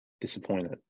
disappointed